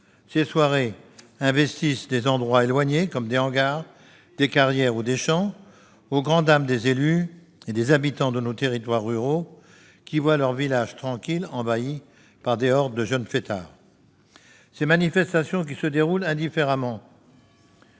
ces soirées investissent des endroits isolés, comme des hangars, des carrières ou des champs, au grand dam des élus et des habitants de nos territoires ruraux qui voient leurs villages tranquilles envahis par des hordes de jeunes fêtards. Ces manifestations, qui se déroulent indifféremment